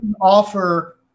offer